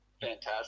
Fantastic